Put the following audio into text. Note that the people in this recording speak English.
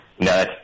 No